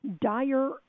dire